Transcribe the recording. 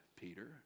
Peter